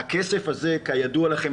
כידוע לכם,